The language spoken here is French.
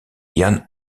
yann